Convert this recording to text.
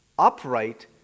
upright